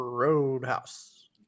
Roadhouse